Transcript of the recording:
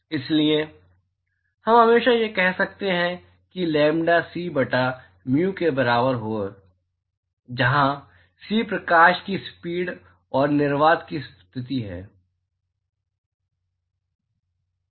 इसलिए हम हमेशा कह सकते हैं कि लैम्ब्डा c बटा म्यू के बराबर है जहां c प्रकाश की स्पीड और निर्वात की स्थिति है